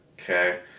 okay